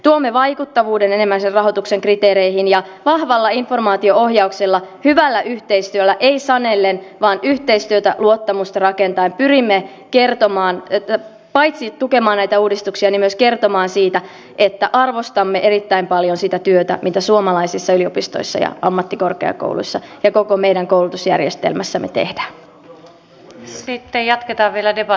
tuomme vaikuttavuuden enemmän sen rahoituksen kriteereihin ja vahvalla informaatio ohjauksella hyvällä yhteistyöllä ei sanellen vaan yhteistyötä luottamusta rakentaen pyrimme paitsi tukemaan näitä uudistuksia myös kertomaan siitä että arvostamme erittäin paljon sitä työtä mitä suomalaisissa yliopistoissa ja ammattikorkeakouluissa ja koko meidän koulutusjärjestelmässämme tehdään